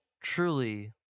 truly